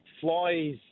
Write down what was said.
flies